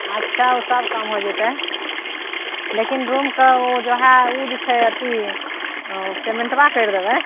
अच्छा ओ सब काम हो जेतै लेकिन रूम कऽ वो जो है ओ जे छै अथि पेमेन्टबा करि देबै